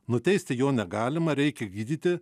nuteisti jo negalima reikia gydyti